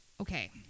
okay